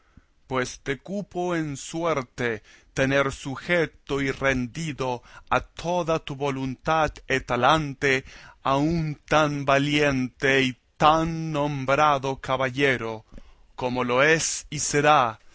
pues te cupo en suerte tener sujeto y rendido a toda tu voluntad e talante a un tan valiente y tan nombrado caballero como lo es y será